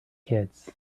kids